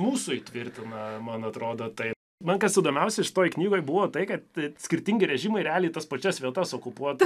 mūsų įtvirtina man atrodo tai man kas įdomiausia šitoj knygoj buvo tai kad skirtingi režimai realiai tas pačias vietas okupuota